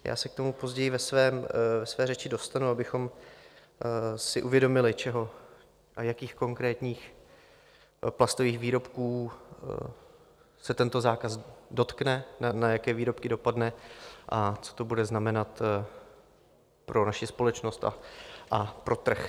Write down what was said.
Já se k tomu později ve své řeči dostanu, abychom si uvědomili, čeho a jakých konkrétních plastových výrobků se tento zákaz dotkne, na jaké výrobky dopadne a co to bude znamenat pro naši společnost a pro trh.